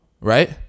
right